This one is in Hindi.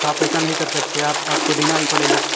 आप ऐसा नहीं कर सकते आप आपको देना ही पड़ेगा